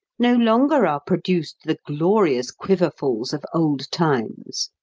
no longer are produced the glorious quiverfuls of old times!